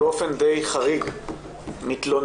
באופן די חריג מתלוננות,